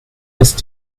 ist